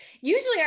usually